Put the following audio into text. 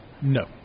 No